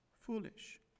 foolish